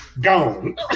gone